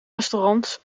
restaurants